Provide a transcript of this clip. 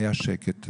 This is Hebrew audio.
היה שקט,